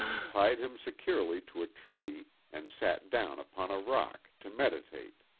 tied him securely to a tree and sat down upon a rock to meditate.